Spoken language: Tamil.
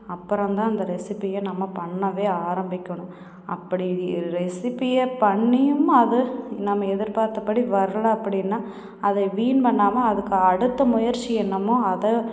அப்புறம்தான் அந்த ரெசிபியை நம்ம பண்ணவே ஆரம்பிக்கணும் அப்படி ரெசிபியை பண்ணியும் அது நம்ம எதிர்பார்த்தபடி வரலை அப்படின்னா அதை வீண் பண்ணாமல் அதுக்கு அடுத்த முயற்சி என்னமோ அதை